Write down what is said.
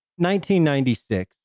1996